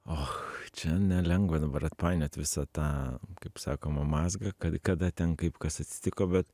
och čia nelengva dabar atpainiot visą tą kaip sakoma mazgą kad kada ten kaip kas atsitiko bet